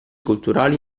culturali